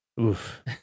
oof